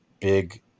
big